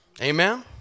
Amen